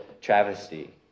travesty